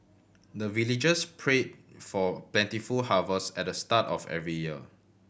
the villagers pray for plentiful harvest at the start of every year